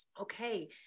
okay